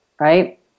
right